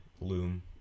loom